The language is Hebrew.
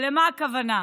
ולמה הכוונה?